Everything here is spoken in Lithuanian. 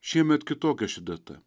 šiemet kitokia ši data